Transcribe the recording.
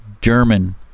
German